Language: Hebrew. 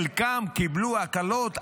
חלקם קיבלו הקלות,